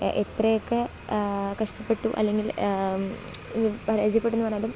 A എത്രെയൊക്കെ കഷ്ടപ്പെട്ടു അല്ലെങ്കില് പരാജയപ്പെട്ടു എന്ന് പറഞ്ഞാലും